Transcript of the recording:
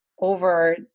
over